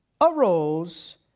arose